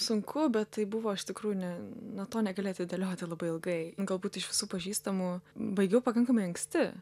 sunku bet tai buvo iš tikrųjų ne na to negali atidėlioti labai ilgai galbūt iš visų pažįstamų baigiau pakankamai anksti